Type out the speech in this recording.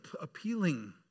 appealing